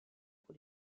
pour